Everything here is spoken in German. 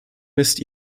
misst